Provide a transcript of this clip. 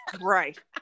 Right